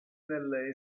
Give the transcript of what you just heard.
nelle